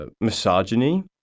misogyny